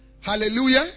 Hallelujah